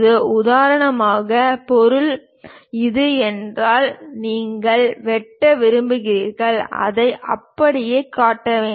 உதாரணமாக பொருள் இது என்றால் நீங்கள் வெட்ட விரும்புகிறீர்கள் அதை அப்படியே காட்ட வேண்டாம்